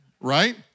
Right